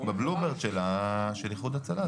בבלו ברד של איחוד הצלה.